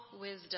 wisdom